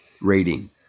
rating